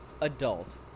adult